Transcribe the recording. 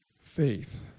faith